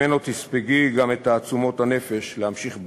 ממנו תספגי גם את תעצומות הנפש להמשיך בדרך.